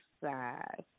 Size